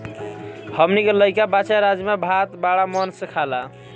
हमनी के लइका बच्चा राजमा भात बाड़ा मन से खाला